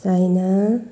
China